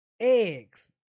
eggs